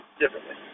differently